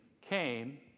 came